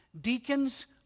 Deacons